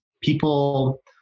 people